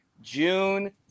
June